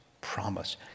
promise